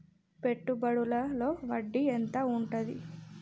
పెట్టుబడుల లో వడ్డీ ఎంత ఉంటది?